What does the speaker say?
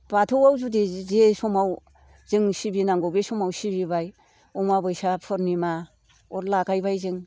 बाथौआव जुदि जे समाव जोंनि सिबिनांगौ बे समाव सिबिबाय अमाबयसा पुर्निमा अर लागायबाय जों